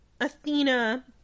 Athena